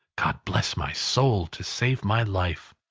god bless my soul! to save my life.